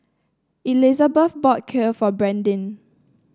Elisabeth bought Kheer for Brandyn